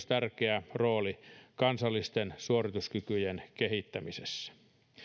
tärkeä rooli myös kansallisten suorituskykyjen kehittämisessä